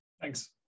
Thanks